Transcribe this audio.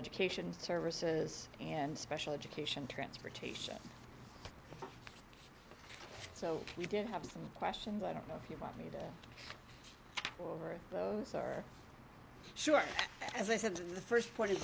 education services and special education transportation so we did have some questions i don't know if you want me to or over those are short as i said the st point is